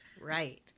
Right